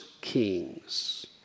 Kings